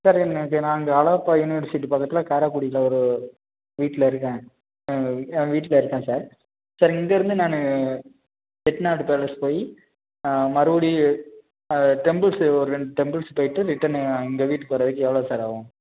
sir இன்றைக்கு நான் இங்கே அழகப்பா யுனிவர்சிட்டி பக்கத்தில் காரக்குடியில் ஒரு வீட்டில் இருக்கேன் எங் என் வீட்டில் இருக்கேன் சார் சார் இங்கே இருந்து நான் செட்டிநாடு பேலஸ் போய் மறுபடி டெம்பிள்ஸு ஒரு ரெண்டு டெம்பிள்ஸ் போயிட்டு ரிட்டனு இங்க வீட்டுக்கு வர்றதுக்கு எவ்வளோ சார் ஆகும்